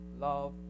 love